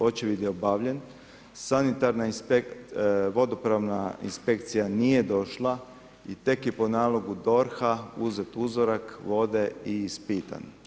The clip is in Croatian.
Očevid je obavljen, sanitarna, vodopravna inspekcija nije došla i tek je po nalogu DORH-a uzet uzorak vode i ispitan.